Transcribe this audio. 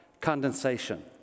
condensation